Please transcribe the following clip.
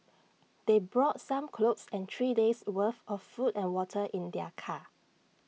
they brought some clothes and three days worth of food and water in their car